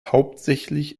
hauptsächlich